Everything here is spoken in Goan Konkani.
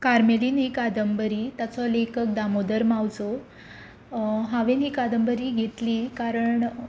कार्मेलीन ही कादंबरी ताचो लेखक दामोदर मावजो हांवेन ही कादंबरी घेतली कारण